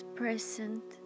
present